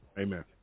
Amen